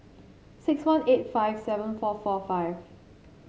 six one eight five seven four four five